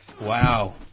Wow